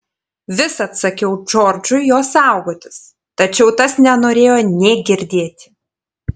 visad sakiau džordžui jo saugotis tačiau tas nenorėjo nė girdėti